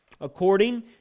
According